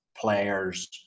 players